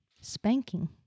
spanking